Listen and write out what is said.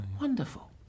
Wonderful